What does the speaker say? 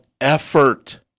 effort